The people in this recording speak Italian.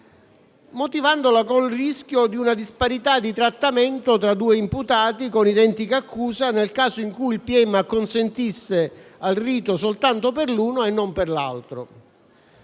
motivandola con il rischio di una disparità di trattamento tra due imputati con identica accusa nel caso in cui il pubblico ministero acconsentisse al rito soltanto per l'uno e non per l'altro.